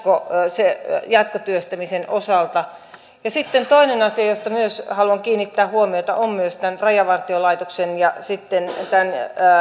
jatkotyöstämisen osalta sitten toinen asia johon myös haluan kiinnittää huomiota on rajavartiolaitoksen ja